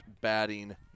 batting